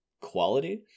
quality